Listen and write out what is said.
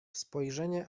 spojrzenie